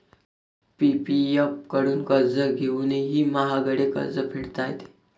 PPF कडून कर्ज घेऊनही महागडे कर्ज फेडता येते